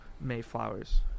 Mayflowers